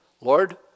Lord